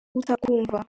utakumva